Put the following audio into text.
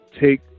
take